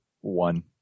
one